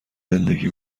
زندگی